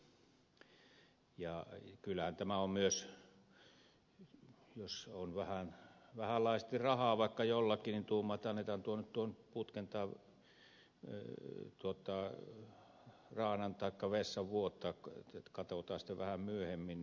kyllähän tämä on myös niin että jos on vähänlaisesti rahaa vaikka jollakin niin tuumataan että annetaan tuon putken tai kraanan taikka vessan vuotaa katsotaan sitten vähän myöhemmin